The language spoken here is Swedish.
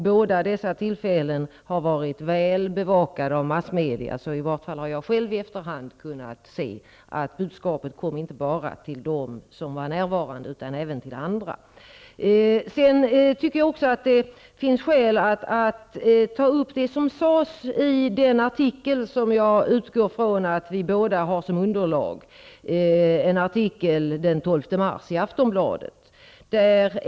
Båda dessa tillfällen var väl bevakade av massmedia, så i varje fall jag själv har i efterhand kunnat se att budskapet inte bara nådde dem som var närvarande utan även andra. Jag tycker att det finns skäl att ta upp det som sades i den artikel som jag utgår ifrån att vi båda har som underlag. Det är en artikel i Aftonbladet från den 12 mars.